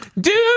dude